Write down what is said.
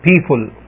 people